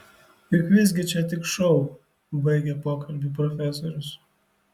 juk visgi čia tik šou baigė pokalbį profesorius